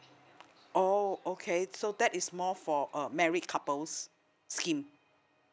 oh okay so that is more for uh married couples scheme